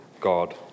God